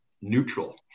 neutral